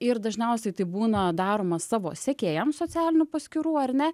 ir dažniausiai tai būna daroma savo sekėjams socialinių paskyrų ar ne